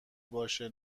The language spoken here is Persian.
باشه